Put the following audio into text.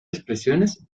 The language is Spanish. expresiones